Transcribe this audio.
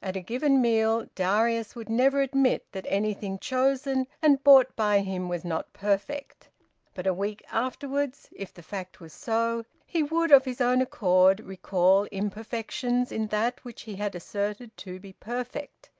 at a given meal darius would never admit that anything chosen and bought by him was not perfect but a week afterwards, if the fact was so, he would of his own accord recall imperfections in that which he had asserted to be perfect